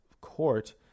court